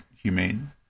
humane